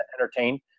entertain